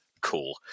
Cool